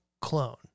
Clone